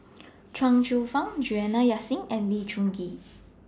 Chuang Hsueh Fang Juliana Yasin and Lee Choon Kee